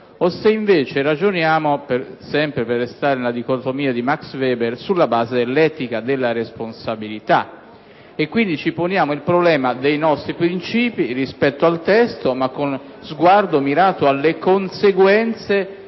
o se, invece, ragioniamo, sempre per restare nella dicotomia di Max Weber, sulla base dell'etica della responsabilità, e quindi ci poniamo il problema di confrontare i nostri principi rispetto al testo, ma con sguardo mirato alle conseguenze